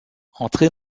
entré